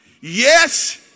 yes